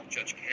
Judge